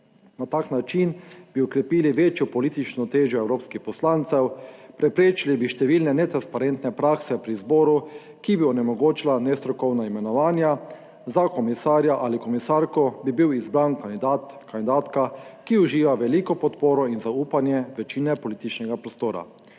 Na tak način bi okrepili večjo politično težo evropskih poslancev, preprečili bi številne netransparentne prakse pri izboru, ki bi onemogočila nestrokovna imenovanja. Za komisarja ali komisarko bi bil izbran kandidat, kandidatka, ki uživa veliko podporo in zaupanje večine političnega prostora.